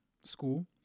school